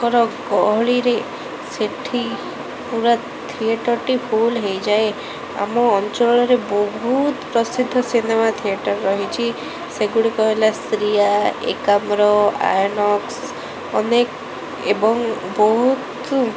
ଙ୍କର ଗହଳିରେ ସେଠି ପୁରା ଥିଏଟରଟି ଫୁଲ ହୋଇଯାଏ ଆମ ଅଞ୍ଚଳରେ ବହୁତ ପ୍ରସିଦ୍ଧ ସିନେମା ଥିଏଟର ରହିଛି ସେଗୁଡ଼ିକ ହେଲା ଶ୍ରୀୟା ଏକାମ୍ର ଆଇନକ୍ସ ଅନେକ ଏବଂ ବହୁତ